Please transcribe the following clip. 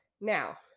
Now